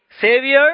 Savior